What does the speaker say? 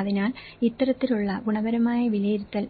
അതിനാൽ ഇത്തരത്തിലുള്ള ഗുണപരമായ വിലയിരുത്തൽ